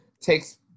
takes